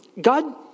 God